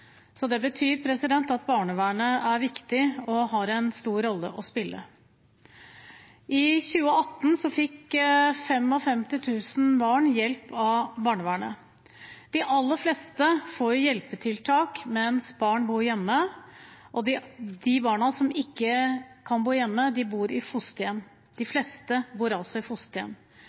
Det betyr at barnevernet er viktig og har en stor rolle å spille. I 2018 fikk 55 000 barn hjelp av barnevernet. De aller fleste får hjelpetiltak mens barn bor hjemme. De barna som ikke kan bo hjemme, bor i fosterhjem. De fleste bor altså i fosterhjem,